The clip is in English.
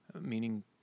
meaning